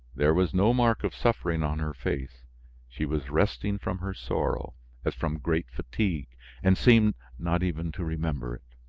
there was no mark of suffering on her face she was resting from her sorrow as from great fatigue and seemed not even to remember it.